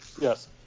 Yes